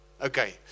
okay